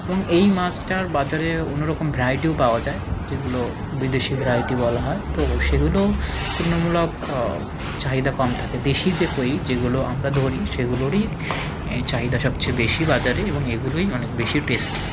এবং এই মাছটার বাজারে অন্যরকম ভ্যারাইটিও পাওয়া যায় যেগুলো বিদেশি ভ্যারাইটি বলা হয় তো সেগুলো তুলনামূলক চাহিদা কম থাকে দেশি যে কই যেগুলো আমরা ধরি সেগুলোরই চাহিদা সবচেয়ে বেশি বাজারে এবং এগুলোই অনেক বেশি টেস্টি